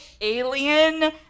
alien